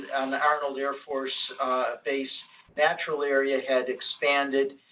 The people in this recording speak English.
on the arnold air force base natural area had expanded.